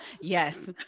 Yes